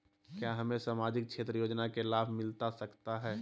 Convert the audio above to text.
क्या हमें सामाजिक क्षेत्र योजना के लाभ मिलता सकता है?